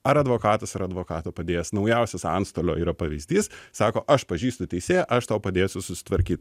ar advokatas ar advokato padėjėjas naujausias antstolio yra pavyzdys sako aš pažįstu teisėją aš tau padėsiu susitvarkyt